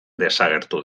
desagertu